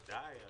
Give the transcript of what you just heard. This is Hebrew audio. בוודאי.